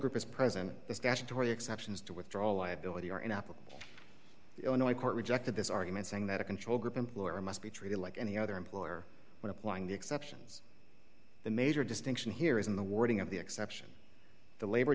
group is present the statutory exceptions to withdraw liability are in apple the illinois court rejected this argument saying that a control group employer must be treated like any other employer when applying the exceptions the major distinction here is in the wording of the exception the labor